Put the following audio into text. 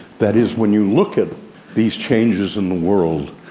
that is, when you look at these changes in the world,